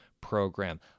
program